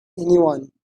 anyone